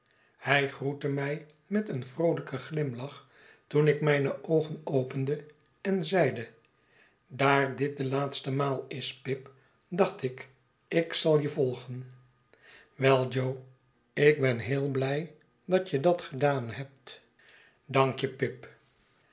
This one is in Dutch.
hij groette mij met een vroolijken glimlach toen ik mijne oogen opende en zeide daar dit de laatste maal is pip dacht ik ik zal je volgen wei jo ik ben heel blij dat je dat gedaan hebt dank je pip